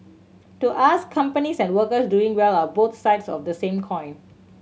to us companies and workers doing well are both sides of the same coin